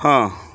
ହଁ